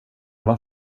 var